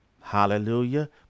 hallelujah